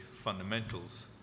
fundamentals